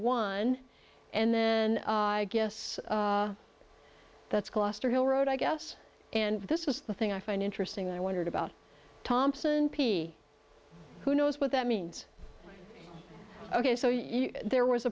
one and then i guess that's gloucester hill road i guess and this was the thing i find interesting i wondered about thompson p who knows what that means ok so you there was